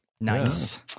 Nice